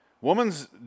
Woman's